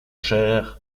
cher